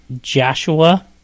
Joshua